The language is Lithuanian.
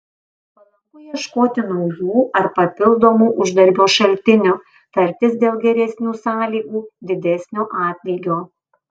palanku ieškoti naujų ar papildomų uždarbio šaltinių tartis dėl geresnių sąlygų didesnio atlygio